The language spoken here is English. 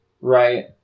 right